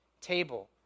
table